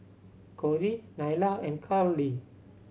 Corry Nyla and Karly